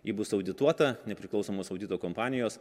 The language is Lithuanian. ji bus audituota nepriklausomos audito kompanijos